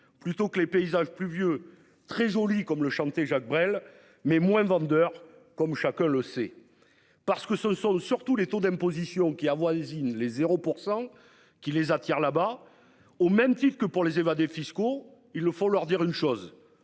plutôt que les paysages pluvieux très joli comme le chantait Jacques Brel, mais moins vendeur comme chacun le sait. Parce que ce sont surtout les taux d'imposition qui avoisine les 0% qui les attire, là-bas au même titre que pour les évadés fiscaux. Il faut leur dire une chose,